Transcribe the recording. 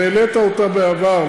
והעלית אותה בעבר,